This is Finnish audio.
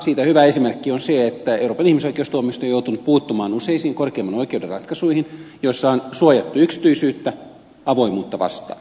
siitä hyvä esimerkki on se että euroopan ihmisoikeustuomioistuin on joutunut puuttumaan useisiin korkeimman oikeuden ratkaisuihin joissa on suojattu yksityisyyttä avoimuutta vastaan